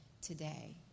today